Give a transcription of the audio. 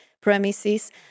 premises